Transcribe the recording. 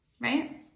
Right